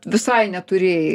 visai neturėjai